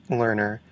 learner